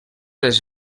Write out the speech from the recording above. les